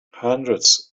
hundreds